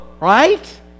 right